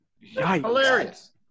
Hilarious